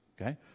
okay